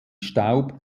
staub